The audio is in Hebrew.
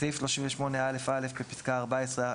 בסעיף 38א(א), בפסקה (14),